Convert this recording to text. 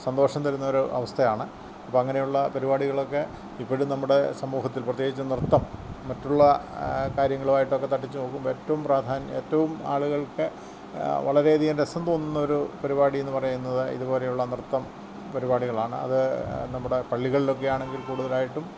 സന്തോഷം തരുന്നൊരവസ്ഥയാണ് അപ്പം അങ്ങനെയുള്ള പരിപാടികളൊക്കെ ഇപ്പോഴും നമ്മുടെ സമൂഹത്തിൽ പ്രത്യേകിച്ചും നൃത്തം മറ്റുള്ള കാര്യങ്ങളുമായിട്ടൊക്കെ തട്ടിച്ചു നോക്കുമ്പോൾ ഏറ്റവും പ്രാധാന്യം ഏറ്റവും ആളുകൾക്ക് വളരെയധികം രസം തോന്നുന്നൊരു പരിപാടിയെന്നു പറയുന്നത് ഇതുപോലെയുള്ള നൃത്തം പരിപാടികളാണ് അതു നമ്മുടെ പള്ളികളിലൊക്കെ ആണെങ്കിൽ കൂടുതലായിട്ടും